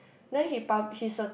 then he pub~ he's a